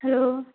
hello